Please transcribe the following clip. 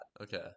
Okay